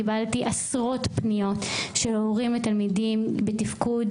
קיבלתי עשרות פניות של הורים לתלמידים בתפקוד